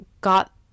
got